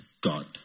God